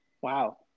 Wow